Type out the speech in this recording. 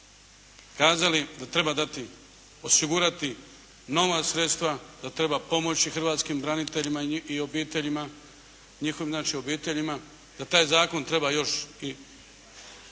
dati, osigurati nova sredstva, da treba pomoći hrvatskim braniteljima i njihovim obiteljima, da taj zakon treba još i